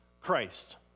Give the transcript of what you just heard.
Christ